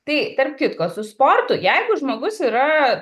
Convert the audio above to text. tai tarp kitko su sportu jeigu žmogus yra